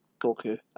Goku